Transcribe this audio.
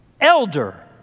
elder